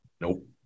Nope